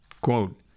Quote